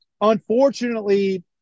unfortunately